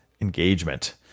engagement